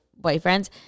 boyfriends